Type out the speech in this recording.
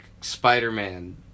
Spider-Man